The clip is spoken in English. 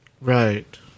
right